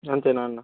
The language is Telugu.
అంతేనా అన్న